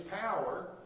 power